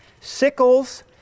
Sickles